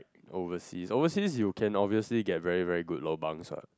overseas overseas you can obviously get very very good lobangs what